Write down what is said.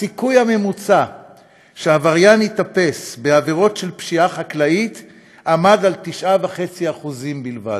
הסיכוי הממוצע שעבריין ייתפס בעבירות של פשיעה חקלאית היה 9.5% בלבד,